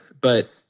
but-